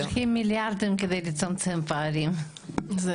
צריכים מיליארדים כדי לצמצם פערים.